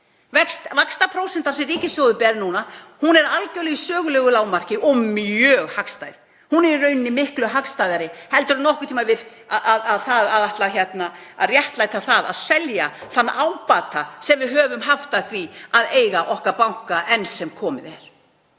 Vaxtaprósentan sem ríkissjóður ber núna er algjörlega í sögulegu lágmarki og mjög hagstæð. Hún í rauninni miklu hagstæðari en nokkurn tíma það að ætla að réttlæta það að selja þann ábata sem við höfum haft af því að eiga okkar banka enn sem komið er.